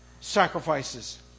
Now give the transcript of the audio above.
sacrifices